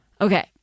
Okay